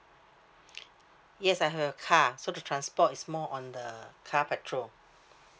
yes I have a car so the transport is more on the car petrol